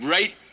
Right